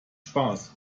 spaß